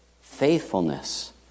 faithfulness